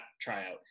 tryout